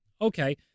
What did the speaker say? Okay